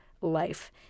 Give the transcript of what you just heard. life